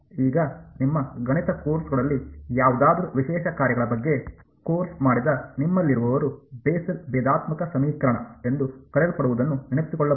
ಈಗ ನಿಮ್ಮ ಗಣಿತ ಕೋರ್ಸ್ಗಳಲ್ಲಿ ಯಾವುದಾದರೂ ವಿಶೇಷ ಕಾರ್ಯಗಳ ಬಗ್ಗೆ ಕೋರ್ಸ್ ಮಾಡಿದ ನಿಮ್ಮಲ್ಲಿರುವವರು ಬೆಸೆಲ್ ಭೇದಾತ್ಮಕ ಸಮೀಕರಣ ಎಂದು ಕರೆಯಲ್ಪಡುವದನ್ನು ನೆನಪಿಸಿಕೊಳ್ಳಬಹುದು